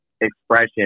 expression